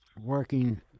working